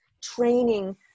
training